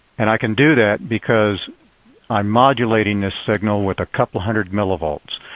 and i can do that because i'm modulating this signal with a couple hundred millivolts.